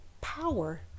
power